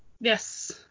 yes